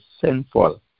sinful